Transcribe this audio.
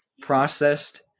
Processed